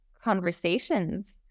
conversations